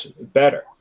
better